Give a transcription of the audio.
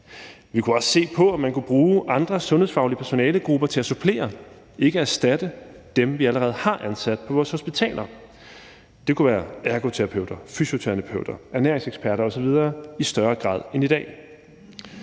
Vi kunne også se på, om man kunne bruge andre sundhedsfaglige personalegrupper til at supplere, ikke erstatte, dem, vi allerede har ansat på vores hospitaler – det kunne være ergoterapeuter, fysioterapeuter, ernæringseksperter osv. – i større grad end i dag.